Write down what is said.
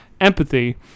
empathy